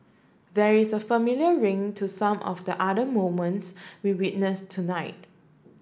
there is a familiar ring to some of the other moments we witnessed tonight